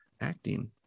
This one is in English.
acting